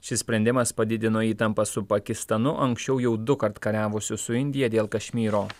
šis sprendimas padidino įtampą su pakistanu anksčiau jau dukart kariavusiu su indija dėl kašmyro